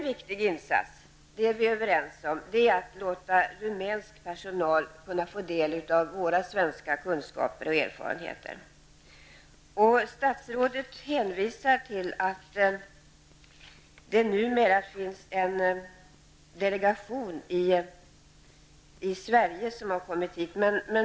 Vi är överens om att en viktig insats är att låta rumänsk personal få del av våra svenska kunskaper och erfarenheter. Statsrådet hänvisar till att det numera finns en delegation som har kommit till Sverige.